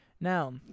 Now